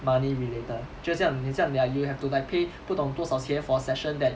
money related 就很像很像你 like you'll have to pay 不懂多少钱 for a session that